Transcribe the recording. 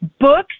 books